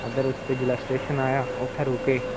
अद्धे रस्ते जिसलै स्टेशन आया उसलै रुके